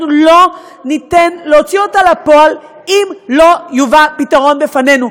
אנחנו לא ניתן להוציא אותה לפועל אם לא יובא פתרון בפנינו.